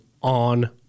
on